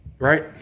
right